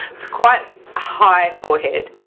it's quite high forehead.